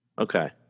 okay